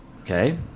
Okay